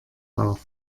darf